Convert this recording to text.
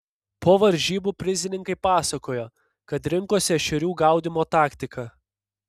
po varžybų prizininkai pasakojo kad rinkosi ešerių gaudymo taktiką